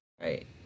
right